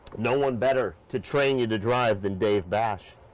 no one better to train you to drive than dave bash.